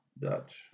Dutch